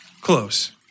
Close